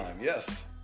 Yes